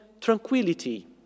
tranquility